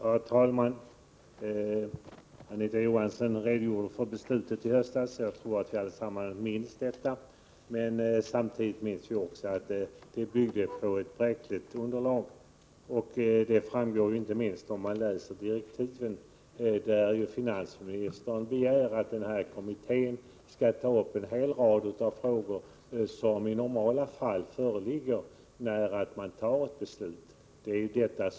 Herr talman! Anita Johansson redogjorde för beslutet i höstas. Jag tror att vi allesammans minns detta. Men samtidigt minns vi också att det byggde på ett bräckligt underlag. Det framgår inte minst om man läser direktiven, där finansministern begär att kommittén skall ta upp en hel rad frågor som i normala fall är utredda när beslutet fattas.